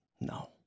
no